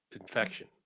infection